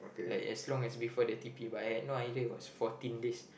like as long as the before the t_p by at no idea what it's was fourteen days